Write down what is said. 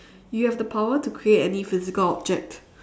you have the power to create any physical object